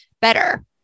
better